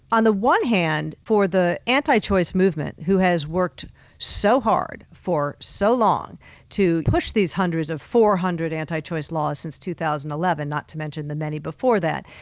on the one hand for the anti-choice movement who has worked so hard for so long to push these hundreds of four hundred anti-choice laws since two thousand and eleven, not to mention the many before that,